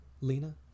Lena